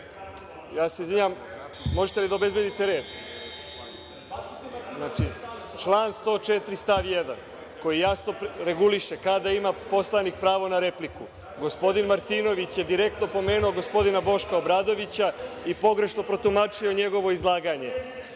…Ja se izvinjavam, možete li da obezbedite red? Znači, član 104. stav 1, koji jasno reguliše kada ima poslanik pravo na repliku. Gospodin Martinović je direktno pomenuo gospodina Boška Obradovića i pogrešno protumačio njegovo izlaganje.